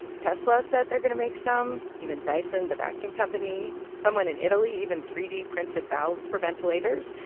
tesla said they're going to make some, even dyson, the vacuum company. someone in italy even three d printed valves for ventilators.